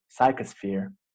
psychosphere